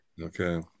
Okay